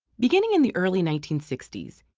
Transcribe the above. beginning in the early nineteen sixty s,